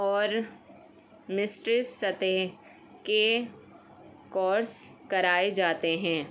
اور مسٹریس سطح کے کورس کرائے جاتے ہیں